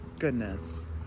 goodness